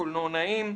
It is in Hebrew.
הקולנוענים,